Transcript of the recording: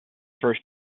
first